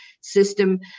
system